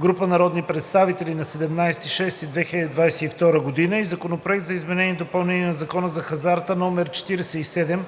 група народни представители на 17 юни 2022 г., и Законопроект за изменение и допълнение на Закона за хазарта, №